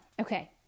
Okay